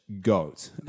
goat